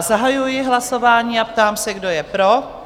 Zahajuji hlasování a ptám se, kdo je pro?